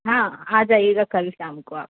हाँ आ जाइएगा कल शाम को आप